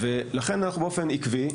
לכן אנחנו באופן עקבי,